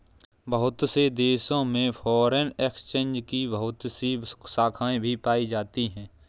बहुत से देशों में फ़ोरेन एक्सचेंज की बहुत सी शाखायें भी पाई जाती हैं